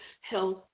health